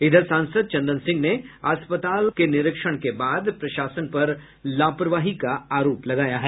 इधर सांसद चंदन सिंह ने अस्पताल के निरीक्षण के बाद प्रशासन पर लापरवाही का आरोप लगाया है